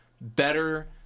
better